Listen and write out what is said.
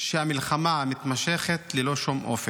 שהמלחמה מתמשכת ללא שום אופק.